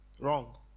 Wrong